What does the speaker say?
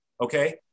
Okay